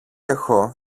έχω